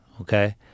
okay